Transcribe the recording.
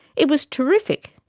it was terrific,